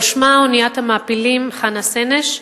על שמה אוניית המעפילים נקראה "חנה סנש",